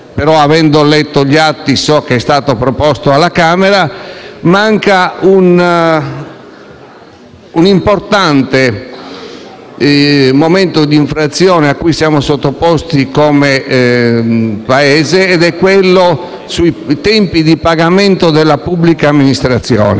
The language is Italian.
ma avendo letto gli atti so che era stato proposto alla Camera - è l'importante procedura d'infrazione a cui siamo sottoposti come Paese per i tempi di pagamento della pubblica amministrazione.